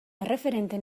erreferente